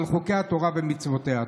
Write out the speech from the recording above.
על חוקי התורה ומצוותיה.